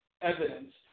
evidence